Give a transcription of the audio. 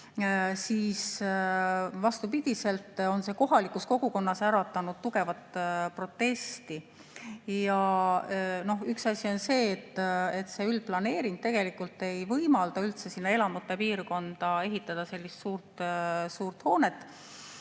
on, vastupidi, äratanud kohalikus kogukonnas tugevat protesti. No üks asi on see, et üldplaneering tegelikult ei võimalda üldse sinna elamute piirkonda ehitada sellist suurt hoonet.